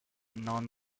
non